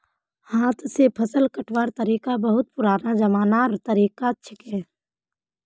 हाथ स फसल कटवार तरिका बहुत पुरना जमानार तरीका छिके